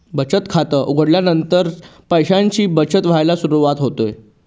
बचत खात उघडल्यानंतर पैशांची बचत व्हायला सुरवात होते